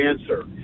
answer